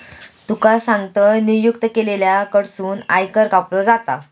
तुका सांगतंय, नियुक्त केलेल्या कडसून आयकर कापलो जाता